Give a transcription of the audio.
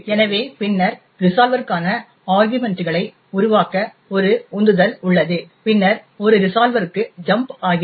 எனவே பின்னர் ரிசால்வர்கான ஆர்க்யுமன்ட்களை உருவாக்க ஒரு உந்துதல் உள்ளது பின்னர் ஒரு ரிசால்வர்க்கு ஜம்ப் ஆகிறது